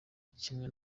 kimwe